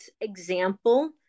example